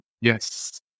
Yes